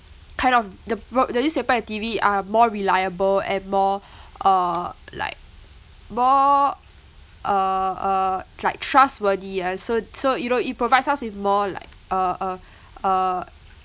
kind of the pro~ the newspaper and T_V are more reliable and more uh like more uh uh like trustworthy ah so so you know it provides us with more like uh uh uh